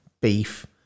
beef